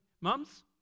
Mums